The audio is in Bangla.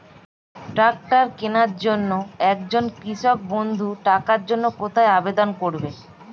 ট্রাকটার কিনার জন্য একজন কৃষক বন্ধু টাকার জন্য কোথায় আবেদন করবে?